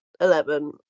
Eleven